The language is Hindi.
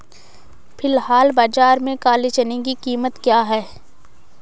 फ़िलहाल बाज़ार में काले चने की कीमत क्या है?